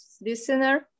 listener